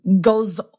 goes